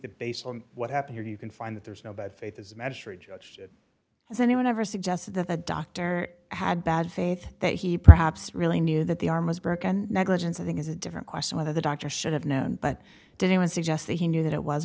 that based on what happened here you can find that there is no bad faith is a magistrate judge has anyone ever suggested that the doctor had bad faith that he perhaps really knew that the arm was broken negligence i think is a different question whether the doctor should have known but didn't suggest that he knew that it was